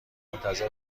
منتظر